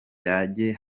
bajye